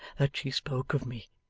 that she spoke of me.